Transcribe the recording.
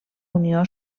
unió